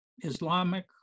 Islamic